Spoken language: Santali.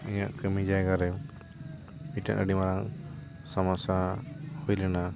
ᱤᱧᱟᱹᱜ ᱠᱟᱹᱢᱤ ᱡᱟᱭᱜᱟ ᱨᱮ ᱢᱤᱫᱴᱟᱝ ᱟᱹᱰᱤ ᱢᱟᱨᱟᱝ ᱥᱳᱢᱳᱥᱟ ᱦᱩᱭ ᱞᱮᱱᱟ